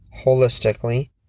Holistically